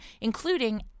including